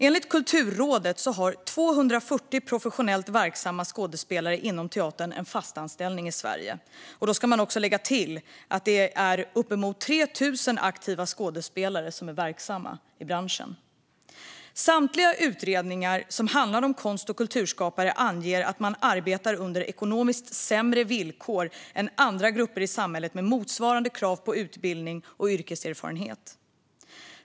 Enligt Kulturrådet har 240 professionellt verksamma skådespelare inom teatern en fast anställning i Sverige. Då ska man lägga till att det är uppemot 3 000 skådespelare som är verksamma i branschen. Samtliga utredningar som handlar om konst och kulturskapare anger att dessa arbetar under ekonomiskt sämre villkor än andra grupper i samhället med motsvarande krav på utbildning och yrkeserfarenhet.